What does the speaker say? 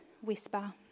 whisper